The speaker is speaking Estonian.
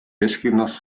kesklinnas